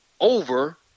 over –